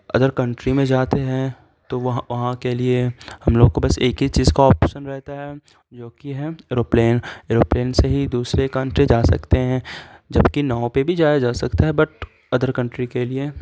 other country میں جاتے ہیں تو وہاں وہاں کے لیے ہم لوگ کو بس ایک ہی چیز کا آپشن رہتا ہے جوکہ ہے ایروپلین ایروپلین سے ہی دوسرے کنٹری جا سکتے ہیں جبکہ ناؤ پہ بھی جایا جا سکتا ہے بٹ ادر کنٹری کے لیے